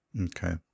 Okay